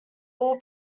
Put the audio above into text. all